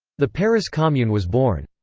the paris commune was born.